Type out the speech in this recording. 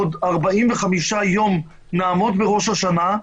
עוד 45 יום אנחנו נעמוד בראש השנה,